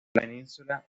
península